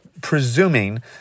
presuming